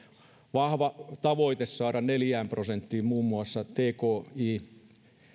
vahva tavoite saada neljään prosenttiin muun muassa tki